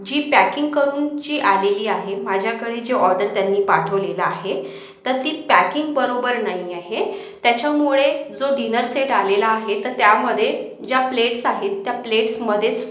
जी packing करून ची आलेली आहे माझ्याकडे जे ऑडर त्यांनी पाठवलेला आहे तर ती पॅकिंक बरोबर नाही आहे त्याच्यामुळे जो डिनर सेट आलेला आहे तर त्यामध्ये ज्या प्लेट्स आहेत त्या प्लेट्स मधेच